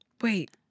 Wait